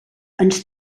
ens